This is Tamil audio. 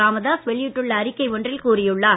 இராமதாஸ் வெளியிட்டுள்ள அறிக்கை ஒன்றில் கூறியுள்ளார்